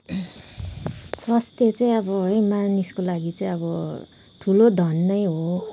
स्वास्थ्य चाहिँ अब है मानिसको लागि चाहिँ अब ठुलो धन नै हो